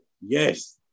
Yes